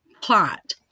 Plot